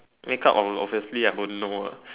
make up on obviously I won't know ah